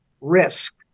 risk